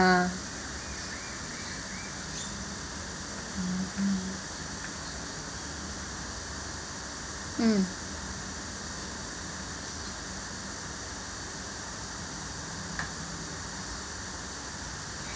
mm